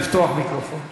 לפתוח מיקרופון.